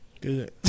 Good